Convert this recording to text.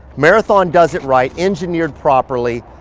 marathon does it right engineered properly.